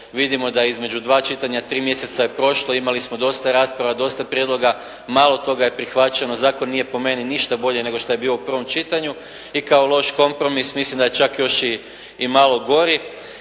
vidimo da između dva čitanja 3 mjeseca je prošlo, imali smo dosta rasprava, dosta prijedloga, malo toga je prihvaćeno, zakon nije po meni ništa bolje nego što je bio u prvom čitanju i kao loš kompromis mislim da je čak još i malo gori